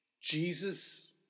Jesus